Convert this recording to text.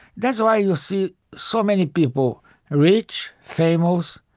that's why you see so many people rich, famous,